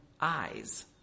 eyes